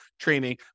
training